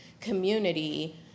community